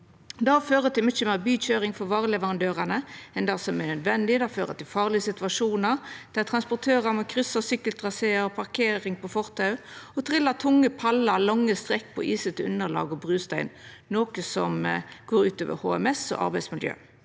Det fører til mykje meir bykøyring for vareleverandørane enn det som er nødvendig, det fører til farlege situasjonar der transportørar må kryssa sykkeltrasear, parkera på fortau og trilla tunge pallar lange strekk på isete underlag og brustein, noko som går ut over HMS og arbeidsmiljø.